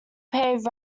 paved